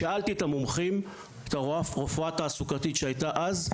שאלתי את המומחים, את הרופאה התעסוקתית שהייתה אז,